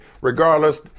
Regardless